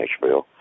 Nashville